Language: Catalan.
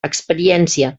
experiència